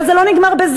אבל זה לא נגמר בזה.